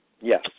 Yes